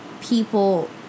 people